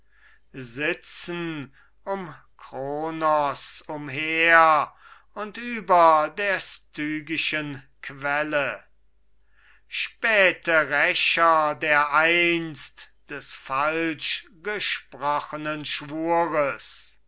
sitzen um kronos umher und über der stygischen quelle späte rächer dereinst des falsch gesprochenen schwures